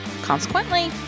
consequently